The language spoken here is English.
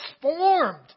transformed